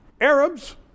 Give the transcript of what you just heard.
Arabs